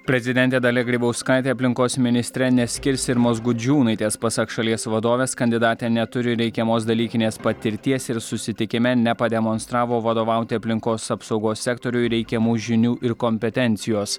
prezidentė dalia grybauskaitė aplinkos ministre neskirs irmos gudžiūnaitės pasak šalies vadovės kandidatė neturi reikiamos dalykinės patirties ir susitikime nepademonstravo vadovauti aplinkos apsaugos sektoriui reikiamų žinių ir kompetencijos